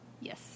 Yes